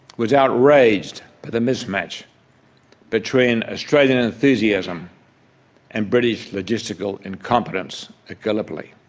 was outraged by the mismatch between australian enthusiasm and british logistical incompetence at gallipoli.